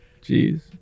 Jeez